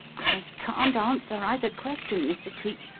i can't answer either question, mr. cleek.